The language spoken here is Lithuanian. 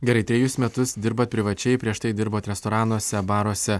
gerai trejus metus dirbat privačiai prieš tai dirbot restoranuose baruose